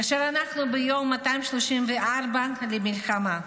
כאשר אנחנו ביום ה-234 למלחמה?